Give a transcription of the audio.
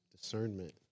discernment